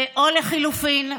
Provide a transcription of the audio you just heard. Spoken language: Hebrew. ולחלופין,